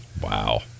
Wow